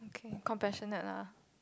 O K compassionate ah